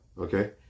okay